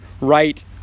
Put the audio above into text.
right